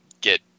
get